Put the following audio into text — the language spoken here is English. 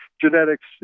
genetics